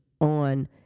on